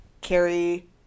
Carrie